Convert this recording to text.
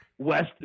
West